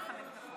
ממשלה אחת.